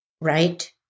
right